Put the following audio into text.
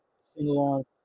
sing-along